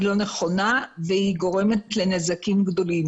היא לא נכונה והיא גורמת לנזקים גדולים